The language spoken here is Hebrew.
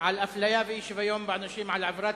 על אפליה ואי-שוויון בעונשים על עבירות